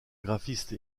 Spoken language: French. graphiste